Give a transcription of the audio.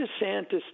DeSantis